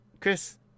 Chris